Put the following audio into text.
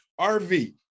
RV